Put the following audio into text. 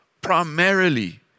primarily